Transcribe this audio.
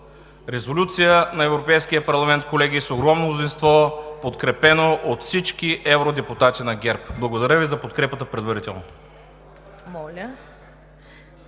Резолюция на Европейския парламент, колеги, с огромно мнозинство, подкрепена от всички евродепутати на ГЕРБ. Благодаря Ви за подкрепата предварително.